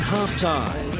Halftime